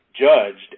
judged